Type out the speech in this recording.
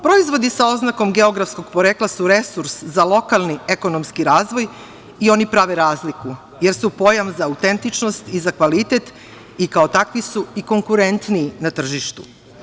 Proizvodi sa oznakom geografskog porekla su resurs za lokalni ekonomski razvoj i oni prave razliku jer su pojam za autentičnost i za kvalitet i kao takvi su i konkurentniji na tržištu.